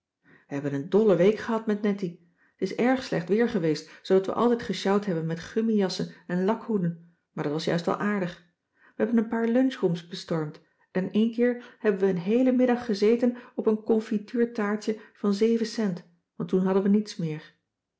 we hebben een dolle week gehad met nettie t is erg slecht weer geweest zoodat we altijd gesjouwd hebben met gummijassen en lakhoeden maar dat was juist wel aardig we hebben een paar lunchrooms bestormd en een keer hebben we een heelen middag gezeten op een confituurtaartje van zeven cent want toen hadden we niets meer